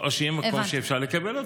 או שיהיה מקום שאפשר לקבל אותן.